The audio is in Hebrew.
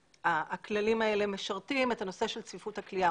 הכללים האלה משרתים את נושא צפיפות הכליאה.